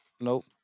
Nope